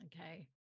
Okay